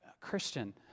Christian